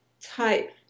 type